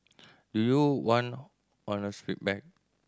do you want honest feedback